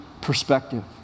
perspective